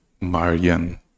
Marian